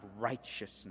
righteousness